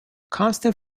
constant